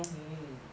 mm